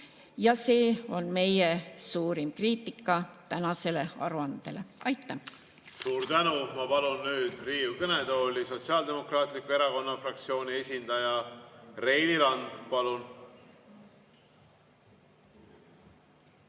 See on meie suurim kriitika tänasele aruandele. Aitäh!